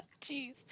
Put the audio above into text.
Jeez